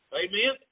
amen